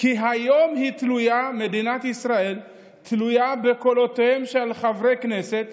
כי היום מדינת ישראל תלויה בקולותיהם של חברי כנסת